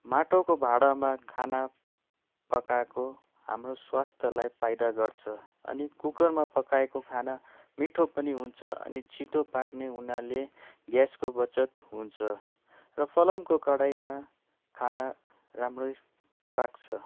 माटोको भाँडामा खाना पकाएको हाम्रो स्वास्थ्यलाई फायदा गर्छ अनि कुकरमा पकाएको खाना मिठो पनि हुन्छ अनि छिटो पाक्ने हुनाले ग्यासको बचत हुन्छ र फलामको कराईमा खाना राम्रै पाक्छ